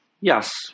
Yes